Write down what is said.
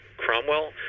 Cromwell